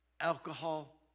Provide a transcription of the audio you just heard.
alcohol